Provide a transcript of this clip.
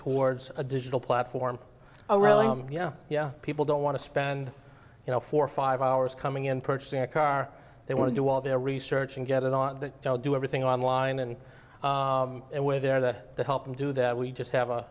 towards a digital platform oh really yeah yeah people don't want to spend you know forty five hours coming in purchasing a car they want to do all their research and get it on the do everything online and and way they're there to help them do that we just have a